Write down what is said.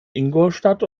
ingolstadt